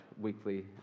weekly